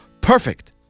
perfect